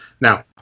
Now